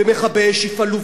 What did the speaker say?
ומכבי אש יפעלו,